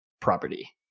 property